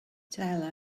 tyler